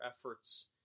efforts